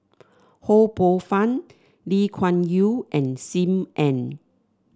Ho Poh Fun Lee Kuan Yew and Sim Ann